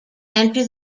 enter